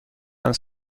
and